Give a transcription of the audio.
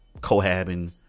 cohabbing